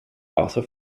arthur